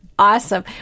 Awesome